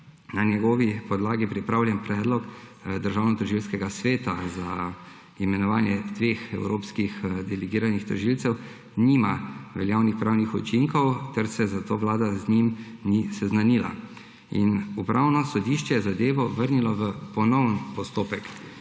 na njegovi podlagi pripravljen predlog Državnotožilskega sveta za imenovanje dveh evropskih delegiranih tožilcev nima veljavnih pravnih učinkov ter se zato Vlada z njim ni seznanila, in Upravno sodišče je zadevo vrnilo v ponovni postopek.